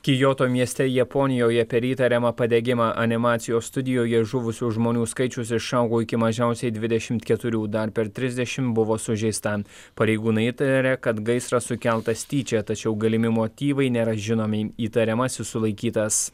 kioto mieste japonijoje per įtariamą padegimą animacijos studijoje žuvusių žmonių skaičius išaugo iki mažiausiai dvidešimt keturių dar per trisdešim buvo sužeista pareigūnai įtaria kad gaisras sukeltas tyčia tačiau galimi motyvai nėra žinomi įtariamasis sulaikytas